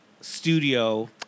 studio